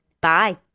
Bye